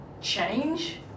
change